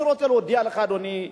אני רוצה להודיע לך, אדוני,